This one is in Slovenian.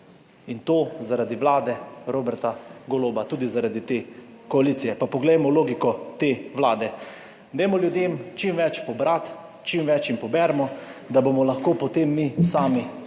In to zaradi vlade Roberta Goloba, tudi zaradi te koalicije. Pa poglejmo logiko te vlade: dajmo ljudem čim več pobrati, čim več jim poberimo, da bomo lahko potem mi sami